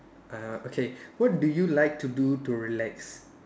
uh okay what do you like to do to relax